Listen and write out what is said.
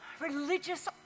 religious